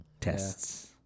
tests